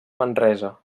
manresa